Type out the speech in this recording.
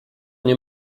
nie